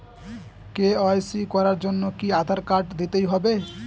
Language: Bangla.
কে.ওয়াই.সি করার জন্য কি আধার কার্ড দিতেই হবে?